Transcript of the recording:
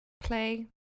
play